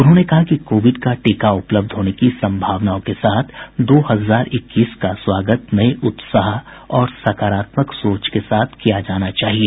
उन्होंने कहा कि कोविड का टीका उपलब्ध होने की संभावनाओं के साथ दो हजार इक्कीस का स्वागत नये उत्साह और सकारात्मक सोच के साथ किया जाना चाहिए